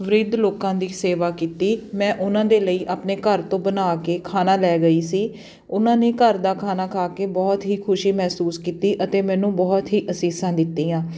ਬਿਰਧ ਲੋਕਾਂ ਦੀ ਸੇਵਾ ਕੀਤੀ ਮੈਂ ਉਹਨਾਂ ਦੇ ਲਈ ਆਪਣੇ ਘਰ ਤੋਂ ਬਣਾ ਕੇ ਖਾਣਾ ਲੈ ਗਈ ਸੀ ਉਹਨਾਂ ਨੇ ਘਰ ਦਾ ਖਾਣਾ ਖਾ ਕੇ ਬਹੁਤ ਹੀ ਖੁਸ਼ੀ ਮਹਿਸੂਸ ਕੀਤੀ ਅਤੇ ਮੈਨੂੰ ਬਹੁਤ ਹੀ ਅਸੀਸਾਂ ਦਿੱਤੀਆਂ